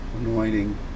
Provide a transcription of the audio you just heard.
anointing